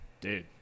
dude